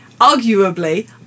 arguably